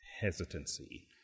hesitancy